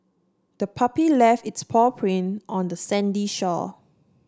the puppy left its paw print on the sandy shore